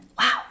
Wow